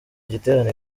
giterane